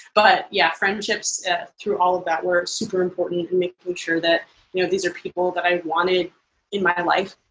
but yeah, friendships through all of that were super important, and making sure that you know these are people that i wanted in my life.